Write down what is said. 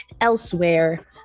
elsewhere